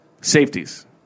Safeties